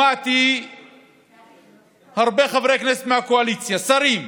שמעתי הרבה חברי כנסת מהקואליציה, שרים,